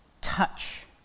touch